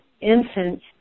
infants